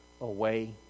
away